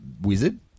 Wizard